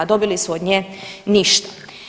Dobili su od nje ništa.